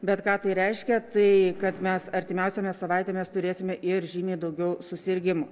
bet ką tai reiškia tai kad mes artimiausiomis savaitėmis turėsime ir žymiai daugiau susirgimų